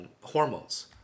hormones